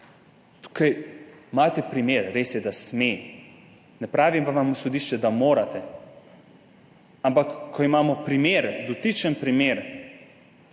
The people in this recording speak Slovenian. Tukaj imate primer. Res je, da sme, ne pravi pa vam sodišče, da morate, ampak ko imamo primer, dotični primer